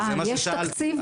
זה המצב היום,